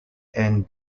and